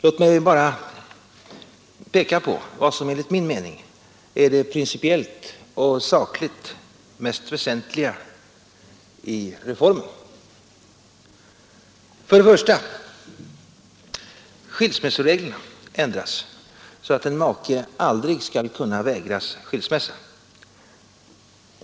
Låt mig bara peka på vad som enligt min mening är det principiellt och sakligt mest väsentliga i För det första: Skilsmässoreglerna ändras så att en make aldrig skall kunna vägras skilsmässa.